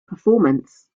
performance